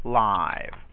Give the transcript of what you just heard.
live